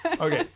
Okay